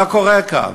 מה קורה כאן?